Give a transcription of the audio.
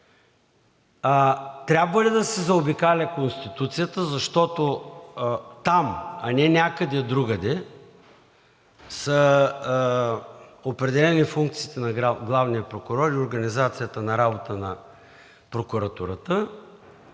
трябва ли да се заобикаля Конституцията, защото там, а не някъде другаде, са определени функциите на главния прокурор и организацията на работа на прокуратурата,